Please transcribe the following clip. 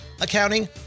accounting